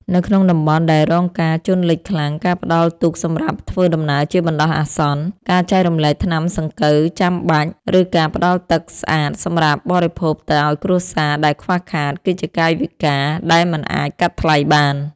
នៅក្នុងតំបន់ដែលរងការជន់លិចខ្លាំង ការផ្ដល់ទូកសម្រាប់ធ្វើដំណើរជាបណ្ដោះអាសន្ន ការចែករំលែកថ្នាំសង្កូវចាំបាច់ ឬការផ្ដល់ទឹកស្អាតសម្រាប់បរិភោគទៅឱ្យគ្រួសារដែលខ្វះខាត គឺជាកាយវិការដែលមិនអាចកាត់ថ្លៃបាន។